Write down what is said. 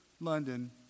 London